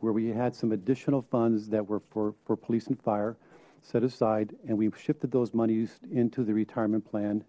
where we had some additional funds that were for police and fire set aside and we've shifted those monies into the retirement plan